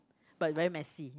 but very messy